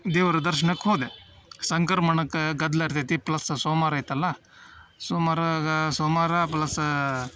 ದೇವ್ರ ದರ್ಶ್ನಕ್ಕೆ ಹೋದೆ ಸಂಕ್ರಮಣಕ್ಕೆ ಗದ್ದಲ ಇರ್ತೈತಿ ಪ್ಲಸ್ ಸೋಮ್ವಾರ ಐತಲ್ಲ ಸೋಮ್ವಾರ ಸೋಮ್ವಾರ ಪ್ಲಸ್ಸಾ